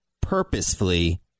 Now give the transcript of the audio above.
purposefully